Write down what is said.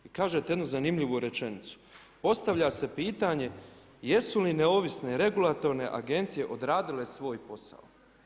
I kažete jednu zanimljivu rečenicu, postavlja se pitanje jesu li neovisne regulatorne agencije odradile svoj posao?